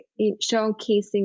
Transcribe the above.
showcasing